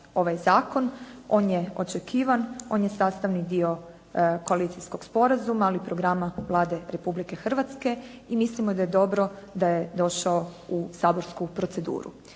ovaj zakon, on je očekivan, on je sastavni dio koalicijskog sporazuma, ali i programa Vlade Republike Hrvatske i mislimo da je dobro da je došao u saborsku proceduru.